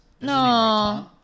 No